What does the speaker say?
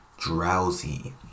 Drowsy